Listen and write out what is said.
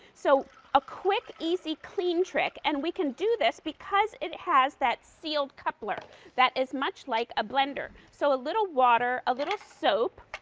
so a quick easy clean trick, and we can do that because it has that sealed coupler that is much like a blender. so a little water, a little soap,